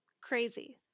Crazy